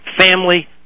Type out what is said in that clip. family